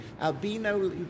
Albino